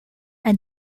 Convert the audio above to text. and